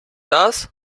das